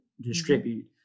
distribute